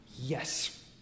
Yes